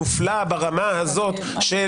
למשל תובא לפניהם הצעת חוק שמשנה את גבולה